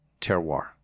terroir